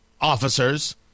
officers